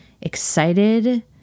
excited